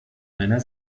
meiner